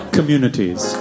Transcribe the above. Communities